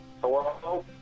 Hello